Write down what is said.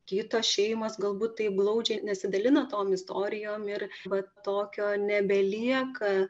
kito šeimos galbūt taip glaudžiai nesidalino tom istorijom ir va tokio nebelieka